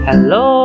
Hello